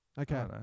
Okay